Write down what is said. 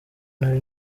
nari